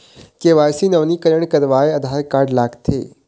KYC नवीनीकरण करवाये Aadhaar card लगथे?